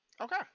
Okay